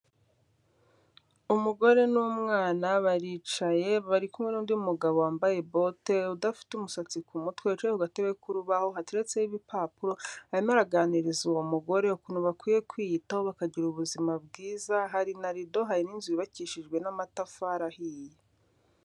Umugore n'umwana baricaye bari kumwe n'undi mugabo wambaye bote udafite umusatsi ku mutwe wicaye ku gatebe ku rubaho hateretseho ibipapuro, arimo araganiriza uwo mugore ukuntu bakwiye kwiyitaho bakagira ubuzima bwiza, hari na rido, hari n'inzu yubakishijwe n'amatafari ahiye.